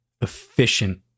efficient